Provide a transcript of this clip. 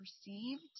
perceived